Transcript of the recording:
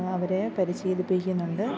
അവരെ പരിശീലിപ്പിക്കുന്നുണ്ട്